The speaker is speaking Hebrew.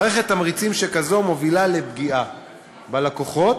מערכת תמריצים שכזו מובילה לפגיעה בלקוחות,